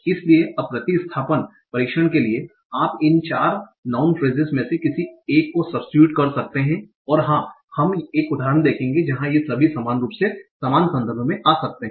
इसलिए अब प्रतिस्थापन परीक्षण के लिए आप इन 4 नाउँन फ्रेसेस में से किसी को भी सब्स्टीट्यूट कर सकते हैं और हाँ हम एक उदाहरण देखेंगे जहां ये सभी समान रूप से समान संदर्भ में आ सकते हैं